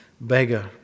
beggar